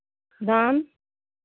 दाम